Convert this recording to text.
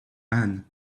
man